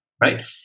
right